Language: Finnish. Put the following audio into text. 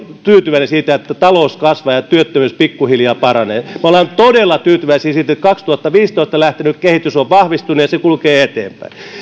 tyytyväinen siitä että talous kasvaa ja työttömyys pikkuhiljaa paranee me olemme todella tyytyväisiä siitä että vuonna kaksituhattaviisitoista lähtenyt kehitys on vahvistunut ja se kulkee eteenpäin